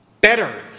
Better